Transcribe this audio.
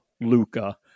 Luca